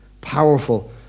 powerful